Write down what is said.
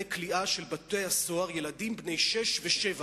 כליאה של בתי-הסוהר ילדים בני שש ושבע,